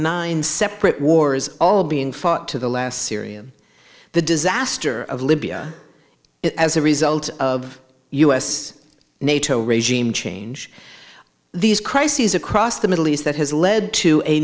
nine separate wars all being fought to the last syria the disaster of libya as a result of us nato regime change these crises across the middle east that has led to a